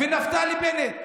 נפתלי בנט,